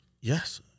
Yes